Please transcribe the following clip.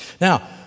Now